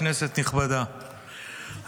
כנסת נכבדה,